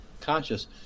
conscious